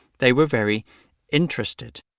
they were very interested